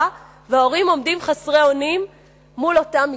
וההורים עומדים חסרי אונים מול אותם מקרים.